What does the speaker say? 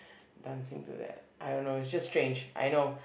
dancing to them I don't know is just strange I know